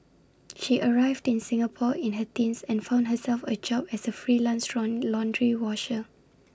she arrived in Singapore in her teens and found herself A job as A freelance round laundry washer